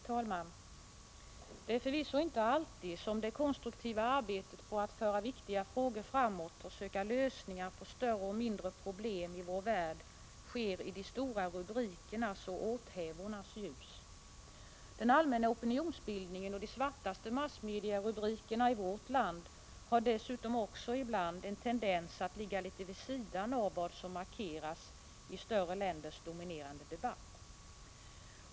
Herr talman! Det är förvisso inte alltid som det konstruktiva arbetet på att föra viktiga frågor framåt och söka lösningar på större och mindre problem i vår värld sker i de stora rubrikernas och åthävornas ljus. Den allmänna opinionsbildningen och de svartaste massmediarubrikerna i vårt land har dessutom ibland en tendens att ligga litet vid sidan av vad som markeras i större länders dominerande debatt.